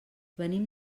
venim